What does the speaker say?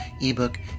ebook